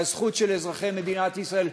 מהזכות של אזרחי מדינת ישראל,